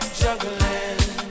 juggling